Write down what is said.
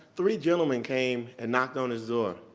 three gentlemen came and knocked on his door.